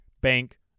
Bank